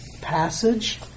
passage